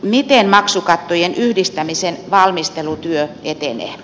miten maksukattojen yhdistämisen valmistelutyö etenee